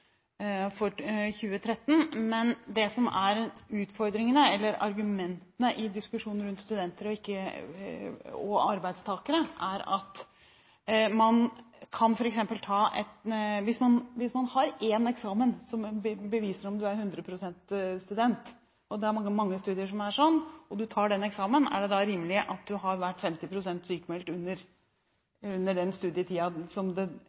for 2013. Et av argumentene i diskusjonen rundt studenter og arbeidstakere er: Hvis man f.eks. har én eksamen som beviser at man er 100 pst. student – det er mange studier som er sånn – og man tar den eksamenen, er det da rimelig at man har vært 50 pst. sykmeldt den tiden det